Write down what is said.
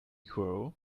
grow